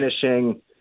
finishing